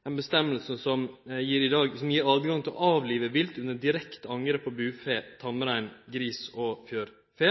som gir tilgjenge til å avlive vilt under direkte angrep på bufe, tamrein, gris og fjørfe.